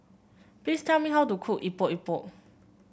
please tell me how to cook Epok Epok